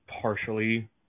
partially